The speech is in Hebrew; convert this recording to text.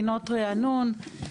פינות ריענון.